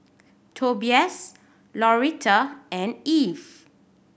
Tobias Lauretta and Eve